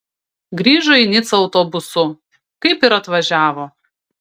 grįžo į nicą autobusu kaip ir atvažiavo